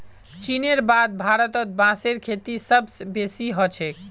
चीनेर बाद भारतत बांसेर खेती सबस बेसी ह छेक